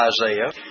Isaiah